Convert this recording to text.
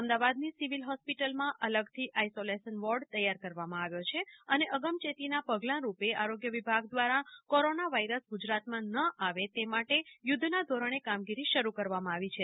અમદાવાદની સિવિલ હોસ્પિટલમાં અલગથી આઇસોલેશન વોર્ડ તૈયાર કરવામાં આવ્યો છે અને અગમચેતીના પગલા રૂપે આરોગ્ય વિભાગ દ્વારા કોરોના વાઈરસ ગુજરાતમાં ન આવે એ માટે યુદ્ધના ધોરણે કામગીરી શરૂ કરવામાં આવી છે